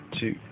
two